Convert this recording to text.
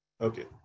Okay